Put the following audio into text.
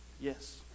Yes